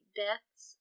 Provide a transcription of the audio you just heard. deaths